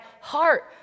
heart